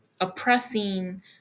oppressing